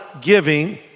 giving